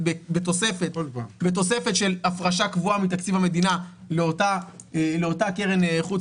בתוספת של הפרשה קבועה מתקציב המדינה לאותה קרן חוץ